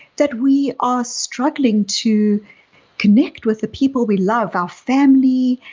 that we are struggling to connect with the people we love, our family,